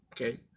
Okay